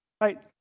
Right